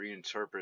reinterpret